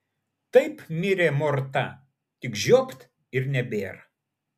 taip mirė morta tik žiopt ir nebėr